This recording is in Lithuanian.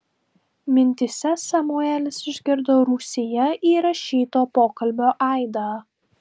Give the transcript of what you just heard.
mintyse samuelis išgirdo rūsyje įrašyto pokalbio aidą